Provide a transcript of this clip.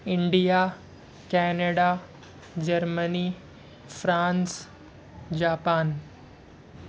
India Canada Germany France Japan